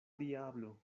diablo